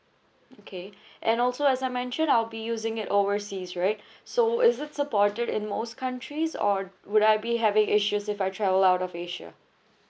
okay and also as I mentioned I will be using it overseas right so is it supported in most countries or would I be having issues if I travel out of asia